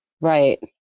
right